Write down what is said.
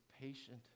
patient